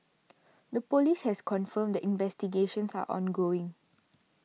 the police has confirmed that investigations are ongoing